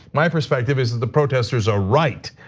my perspective is is the protesters are right,